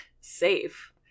safe